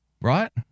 Right